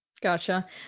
Gotcha